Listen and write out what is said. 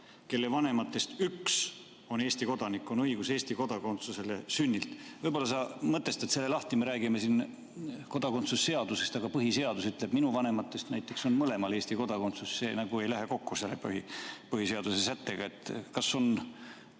kelle vanematest üks on Eesti kodanik, on õigus Eesti kodakondsusele sünnilt. Võib-olla sa mõtestaksid selle lahti? Me räägime kodakondsuse seadusest, aga põhiseadus ütleb nii. Minu vanematest on mõlemal Eesti kodakondsus, see ei lähe kokku selle põhipõhiseaduse sättega. Kas